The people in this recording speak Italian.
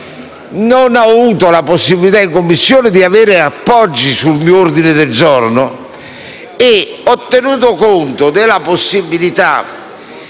non avevo la possibilità di ricevere appoggi sul mio ordine del giorno e ho tenuto conto della possibilità